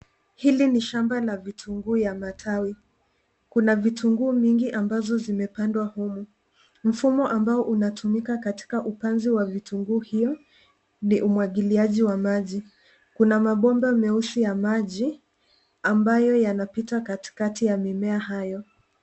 Hili ni shamba la vitunguu vya matawi. Kuna vitunguu vingi ambavyo vimepandwa humo. Mfumo unaotumika katika upanzi wa vitunguu hivi ni wa umwagiliaji wa maji. Kuna mabomba meusi ya maji yanayopita katikati ya mimea hiyo.